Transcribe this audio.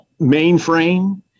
mainframe